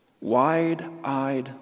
wide-eyed